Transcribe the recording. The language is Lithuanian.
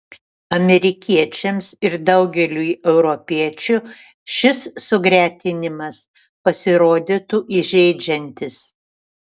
amerikiečiams ir daugeliui europiečių šis sugretinimas pasirodytų įžeidžiantis